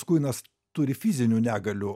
kuinas turi fizinių negalių